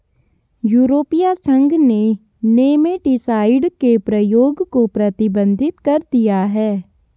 यूरोपीय संघ ने नेमेटीसाइड के प्रयोग को प्रतिबंधित कर दिया है